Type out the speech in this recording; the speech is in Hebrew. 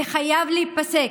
זה חייב להיפסק.